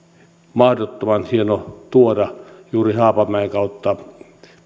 mahdottoman hienoa tuoda juuri haapamäen kautta